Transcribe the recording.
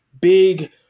big